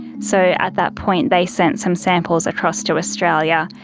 so at that point they sent some samples across to australia,